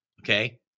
okay